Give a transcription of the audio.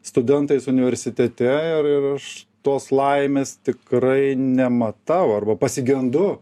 studentais universitete ir ir ir aš tos laimės tikrai nematau arba pasigendu